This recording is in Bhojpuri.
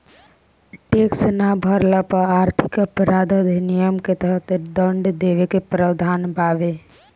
टैक्स ना भरला पर आर्थिक अपराध अधिनियम के तहत दंड देवे के प्रावधान बावे